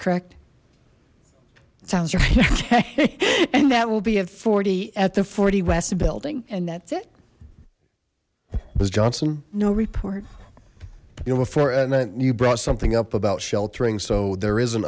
correct sounds right and that will be at forty at the forty west building and that's it was johnson no report you know before and you brought something up about sheltering so there is an